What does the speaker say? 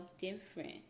different